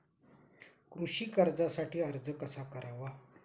कृषी कर्जासाठी अर्ज कसा करावा?